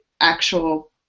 actual